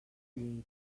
lleida